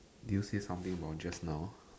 did you say something about just now